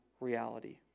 reality